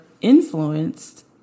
influenced